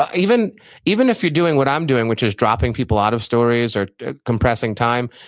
ah even even if you're doing what i'm doing, which is dropping people out of stories or compressing time,